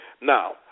Now